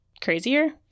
crazier